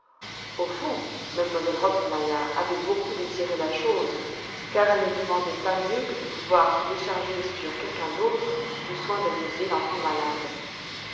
au fond m elle rottenmeier avait beaucoup désiré la chose car elle ne demandait pas mieux que de pouvoir se décharger sur quelqu'un d'autre du soin d'amuser l'enfant malade